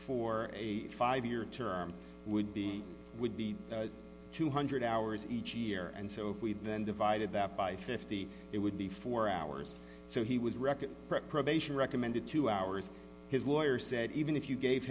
for a five year term would be would be two hundred hours each year and so if we then divided that by fifty it would be four hours so he was record probation recommended two hours his lawyer said even if you gave